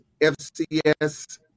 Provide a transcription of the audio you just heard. FCS –